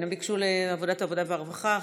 הם ביקשו לוועדת העבודה והרווחה,